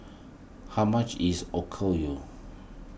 how much is Okayu